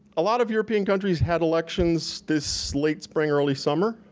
a lot of european countries had elections this late spring early summer,